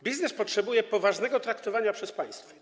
Biznes potrzebuje poważnego traktowania przez państwo.